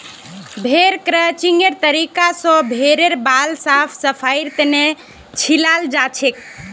भेड़ क्रचिंगेर तरीका स भेड़ेर बाल साफ सफाईर तने छिलाल जाछेक